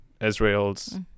Israel's